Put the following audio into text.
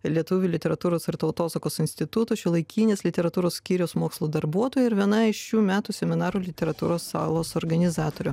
lietuvių literatūros ir tautosakos instituto šiuolaikinės literatūros skyriaus mokslo darbuotoja ir viena iš šių metų seminaro literatūros salos organizatorių